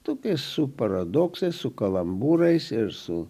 tupi su paradoksais su kalambūrais ir su